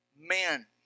Men